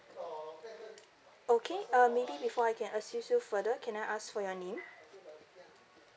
okay um maybe before I can assist you further can I ask for your name